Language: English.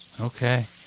Okay